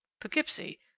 Poughkeepsie